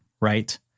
right